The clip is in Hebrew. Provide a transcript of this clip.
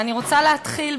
ואני רוצה להתחיל,